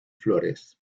flores